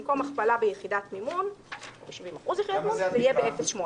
במקום הכפלה ביחידת מימון או 70% מיחידת מימון זה יהיה ב-0.8